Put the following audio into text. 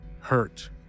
Hurt